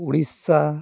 Odisha